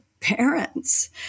parents